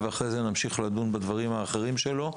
ואחרי זה נמשיך לדון בדברים האחרים שלו.